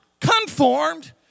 conformed